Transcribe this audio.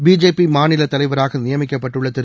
BJP மாநிலத் தலைவராக நியமிக்கப்பட்டுள்ள திரு